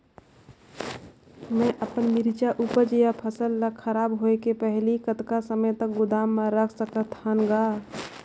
मैं अपन मिरचा ऊपज या फसल ला खराब होय के पहेली कतका समय तक गोदाम म रख सकथ हान ग?